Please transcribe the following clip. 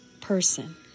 person